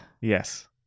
Yes